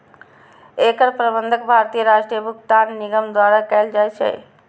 एकर प्रबंधन भारतीय राष्ट्रीय भुगतान निगम द्वारा कैल जाइ छै